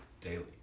daily